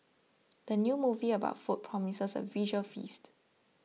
the new movie about food promises a visual feast